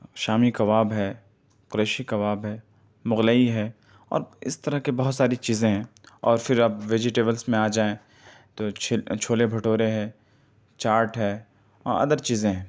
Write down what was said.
شامی کباب ہے قریشی کباب ہے مغلئی ہے اور اس طرح کے بہت ساری چیزیں ہیں اور پھر آپ ویجیٹیبلس میں آ جائیں تو چھولے بھٹورے ہے چاٹ ہے ادر چیزیں ہیں